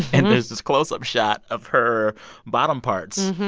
and there's this close-up shot of her bottom parts,